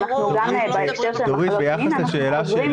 גם בהקשר של מחלות מין,